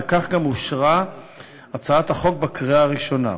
וכך גם אושרה הצעת החוק בקריאה הראשונה.